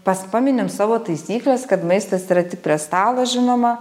pas paminim savo taisykles kad maistas yra tik prie stalo žinoma